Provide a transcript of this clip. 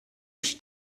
hux